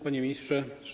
Panie Ministrze!